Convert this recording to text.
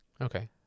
okay